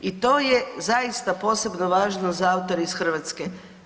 I to je zaista posebno važno za autore iz Hrvatske.